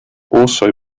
also